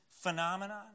phenomenon